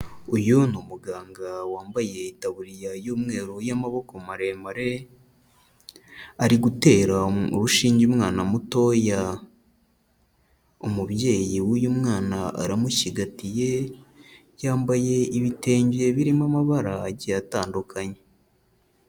Uyu ni umuganga wambaye itaburiya y'umweru y'amaboko maremare, ari gutera urushinge umwana mutoya, umubyeyi w'uyu mwana aramushyigatiye, yambaye ibitenge birimo amabara agiye atandukanye.